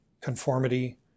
conformity